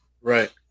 Right